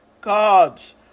God's